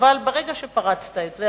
אבל ברגע שפרצת את זה,